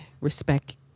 respect